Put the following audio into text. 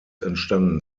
entstanden